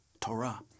Torah